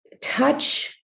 touch